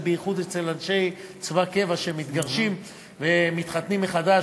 קיים בייחוד אצל אנשי צבא קבע שמתגרשים ומתחתנים מחדש,